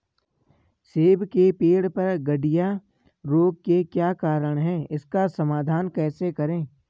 सेब के पेड़ पर गढ़िया रोग के क्या कारण हैं इसका समाधान कैसे करें?